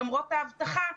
למרות ההבטחה,